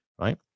right